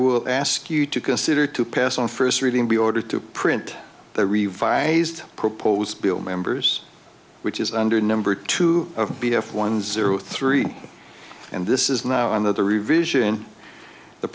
will ask you to consider to pass on first reading the order to print the revised proposed bill members which is under the number to be one zero three and this is now another revision the